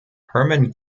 hermann